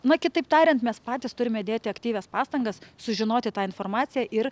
na kitaip tariant mes patys turime dėti aktyvias pastangas sužinoti tą informaciją ir